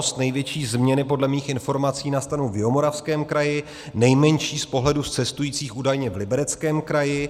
Největší změny podle mých informací nastanou v Jihomoravském kraji, nejmenší z pohledu cestujících údajně v Libereckém kraji.